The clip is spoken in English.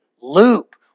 loop